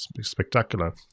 spectacular